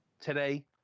today